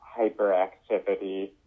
hyperactivity